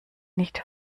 nicht